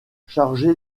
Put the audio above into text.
chargé